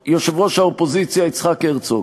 יושב-ראש האופוזיציה יצחק הרצוג,